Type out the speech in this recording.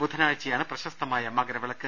ബുധനാഴ്ചയാണ് പ്രശസ്തമായ മകരവിളക്ക്